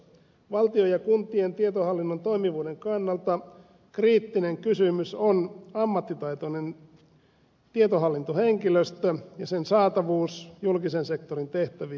valtion ja kuntien tietohallinnon toimivuuden kannalta kriittinen kysymys on ammattitaitoinen tietohallintohenkilöstö ja sen saatavuus julkisen sektorin tehtäviin